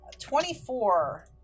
24